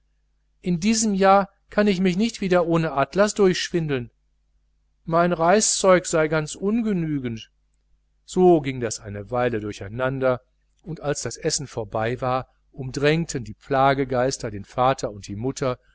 in diesem jahr kann ich mich nicht wieder ohne atlas durchschwindeln mein reißzeug sei ganz ungenügend so ging das eine weile durcheinander und als das essen vorbei war umdrängten die plaggeister den vater und die mutter